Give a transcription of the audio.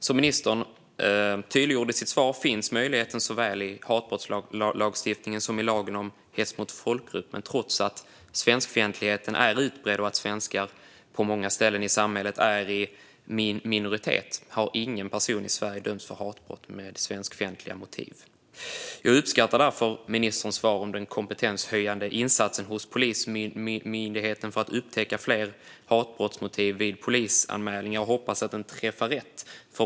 Som ministern tydliggjorde i sitt svar finns möjligheten såväl i hatbrottslagstiftningen som i lagen om hets mot folkgrupp, men trots att svenskfientligheten är utbredd och svenskar på många ställen i samhället är i minoritet har ingen person i Sverige dömts för hatbrott med svenskfientliga motiv. Jag uppskattar därför ministerns svar om den kompetenshöjande insatsen hos Polismyndigheten för att upptäcka fler hatbrottsmotiv vid polisanmälningar, och jag hoppas att den träffar rätt.